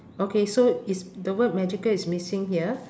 okay so it's the word magical is missing here